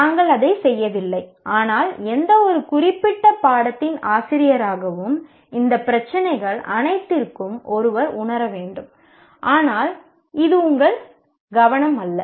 நாங்கள் அதைச் செய்யவில்லை ஆனால் எந்தவொரு குறிப்பிட்ட பாடத்தின் ஆசிரியராகவும் இந்த பிரச்சினைகள் அனைத்திற்கும் ஒருவர் உணரப்பட வேண்டும் ஆனால் அது உங்கள் கவனம் அல்ல